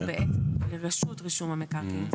לרשות רישום המקרקעין,